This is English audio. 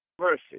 mercy